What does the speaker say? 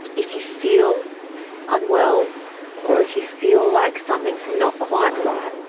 if you feel unwell or if you feel like something is not quite right,